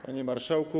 Panie Marszałku!